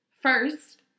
first